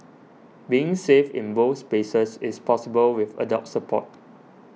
being safe in both spaces is possible with adult support